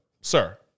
sir